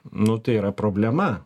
nu tai yra problema